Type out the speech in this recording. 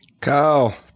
Kyle